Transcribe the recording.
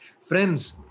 friends